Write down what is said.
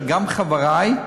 גם של חברי,